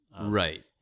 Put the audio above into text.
Right